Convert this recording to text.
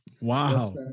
Wow